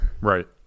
right